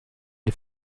die